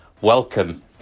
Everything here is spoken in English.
Welcome